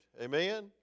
amen